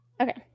Okay